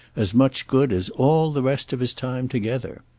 as much good as all the rest of his time together.